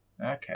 Okay